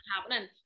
happening